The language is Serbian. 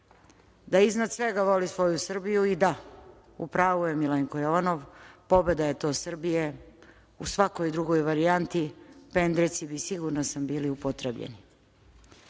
da iznad svega voli svoju Srbiju i da, u pravu je Milenko Jovanov, pobeda je to Srbije, u svakoj drugoj varijanti pendreci bi, sigurna sam, bili upotrebljeni.